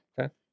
Okay